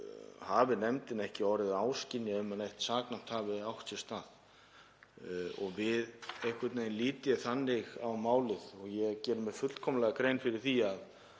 hefur nefndin ekki orðið þess áskynja að neitt saknæmt hafi átt sér stað og einhvern veginn lít ég þannig á málið. Ég geri mér fullkomlega grein fyrir því að